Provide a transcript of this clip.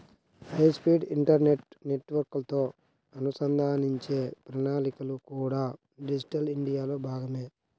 high speed internet నెట్వర్క్లతో అనుసంధానించే ప్రణాళికలు కూడా డిజిటల్ ఇండియాలో భాగమే